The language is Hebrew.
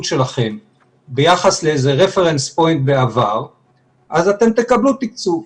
שלכם ביחס לאיזה נקודת ייחוס בעבר אז אתם תקבלו תקצוב,